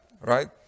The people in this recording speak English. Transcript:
Right